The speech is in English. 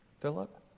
Philip